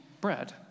bread